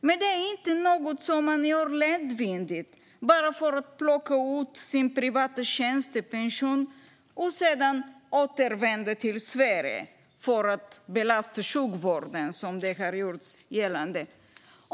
Men det är inte något man gör lättvindigt bara för att plocka ut sin privata tjänstepension och sedan återvända till Sverige för att belasta sjukvården, vilket har gjorts gällande.